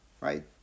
Right